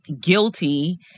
guilty